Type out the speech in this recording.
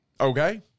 Okay